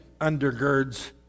undergirds